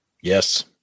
Yes